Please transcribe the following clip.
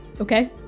Okay